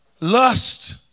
Lust